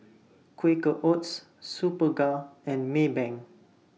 Quaker Oats Superga and Maybank